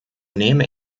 nehme